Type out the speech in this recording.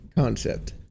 concept